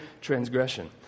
transgression